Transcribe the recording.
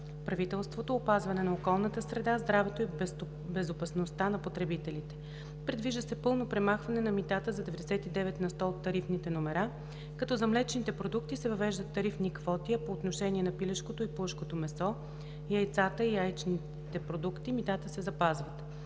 правителството, опазването на околната среда, здравето и безопасността на потребителите. Предвижда се пълно премахване на митата за 99 на сто от тарифните номера, като за млечните продукти се въвеждат тарифни квоти, а по отношение на пилешкото и пуешкото месо, яйцата и яйчните продукти митата се запазват.